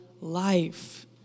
life